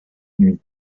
nuit